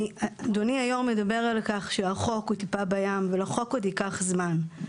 אדוני היו"ר מדבר על כך שהחוק הוא טיפה בים ולחוק עוד ייקח זמן.